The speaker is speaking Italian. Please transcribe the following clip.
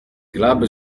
club